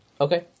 Okay